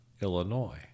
Illinois